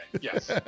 yes